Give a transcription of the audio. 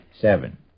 Seven